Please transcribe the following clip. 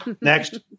Next